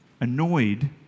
annoyed